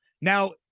Now